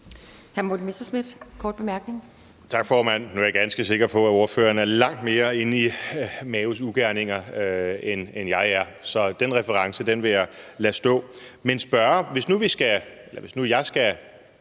Tak, formand. Nu er jeg ganske sikker på, at ordføreren er langt mere inde i Maos ugerninger, end jeg er. Så den reference vil jeg lade stå. Men hvis nu jeg skal